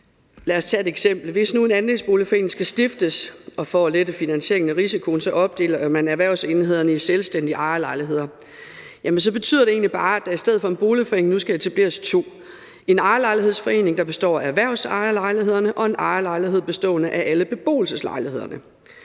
Lad os tage et eksempel: Hvis man skal stifte en andelsboligforening, og hvis man for at lette finansieringen af risikoen opdeler erhvervsenhederne i selvstændige ejerlejligheder, betyder det egentlig bare, at der i stedet for etablering af en boligforening skal etableres to, nemlig en ejerlejlighedsforening, der består af erhvervsejerlejligheder, og en forening, der består af alle beboelseslejlighederne,